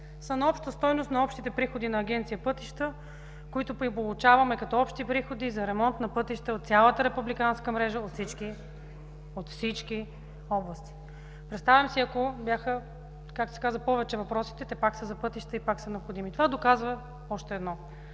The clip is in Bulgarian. са на обща стойност, колкото са общите приходи на Агенция „Пътища”, които получаваме като общи приходи за ремонт на пътища от цялата републиканска мрежа за всички области. Представям си, ако въпросите бяха повече. Те пак са за пътища и пак са необходими. Това доказва само едно: